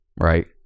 right